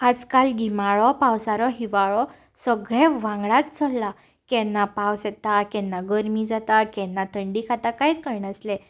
आजकाल गिमाळो पावसाळो हिंवाळो सगळें वांगडाच चल्लां केन्ना पावस येता केन्ना गरमी जाता केन्ना थंडी खाता कांयच कळनासलें